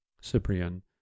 Cyprian